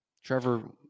Trevor